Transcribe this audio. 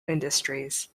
industries